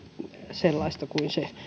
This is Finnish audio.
sellaista kuin se